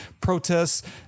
protests